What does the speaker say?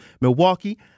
milwaukee